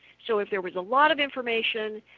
so if there was a lot of information,